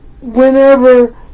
whenever